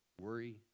worry